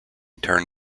turn